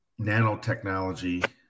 nanotechnology